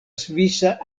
svisa